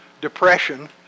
depression